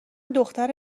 دختر